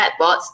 chatbots